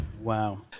Wow